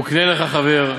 וקנה לך חבר,